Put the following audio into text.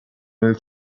nel